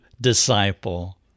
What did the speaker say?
disciple